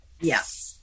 Yes